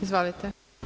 Izvolite.